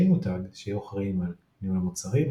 מותג" שהיו אחראיים על ניהול המוצרים,